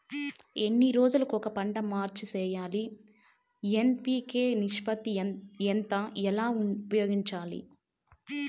ఎన్ని రోజులు కొక పంట మార్చి సేయాలి ఎన్.పి.కె నిష్పత్తి ఎంత ఎలా ఉపయోగించాలి?